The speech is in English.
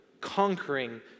conquering